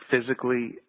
physically